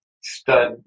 stud